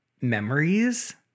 memories